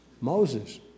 Moses